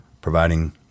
providing